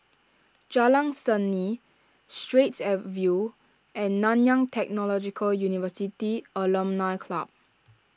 Jalan Seni Straits View and Nanyang Technological University Alumni Club